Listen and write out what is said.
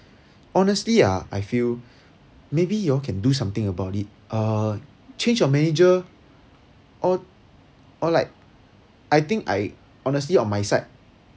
honestly ah I feel maybe you can do something about it uh change your manager or or like I think I honestly on my side